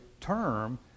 term